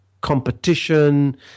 competition